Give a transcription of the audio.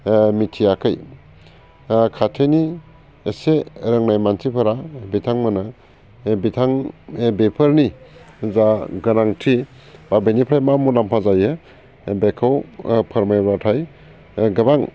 मिथियाखै खाथिनि इसे रोंनाय मानसिफोरा बिथांमोननो बेफोरनि जा गोनांथि बा बेनिफ्राय मा मुलाम्फा जायो बेखौ फोरमायबाथाय गोबां